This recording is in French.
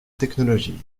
technologie